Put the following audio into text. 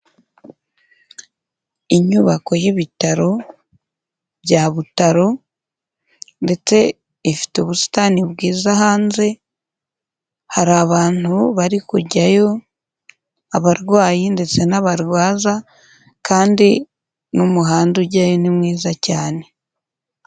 Inyubako y'Ibitaro bya Butaro ndetse ifite ubusitani bwiza hanze. Hari abantu bari kujyayo abarwayi ndetse n'abarwaza kandi n'umuhanda ujyayo ni mwiza cyane.